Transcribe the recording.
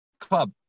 Club